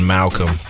Malcolm